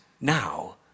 now